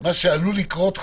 מה שעלול לקרות חלילה,